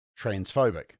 transphobic